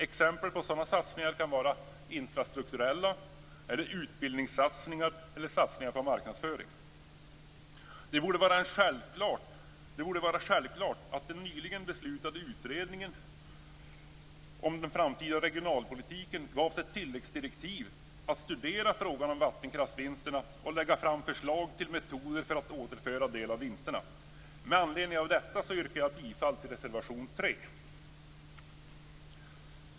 Exempel på sådana satsningar kan vara infrastrukturella satsningar, utbildningssatsningar eller satsningar på marknadsföring. Det borde vara självklart att den nyligen beslutade utredningen om den framtida regionalpolitiken gavs ett tilläggsdirektiv att studera frågan om vattenkraftsvinsterna och att lägga fram förslag till metoder för att återföra en del av vinsterna. Med anledning av detta yrkar jag bifall till reservation 3.